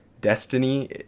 Destiny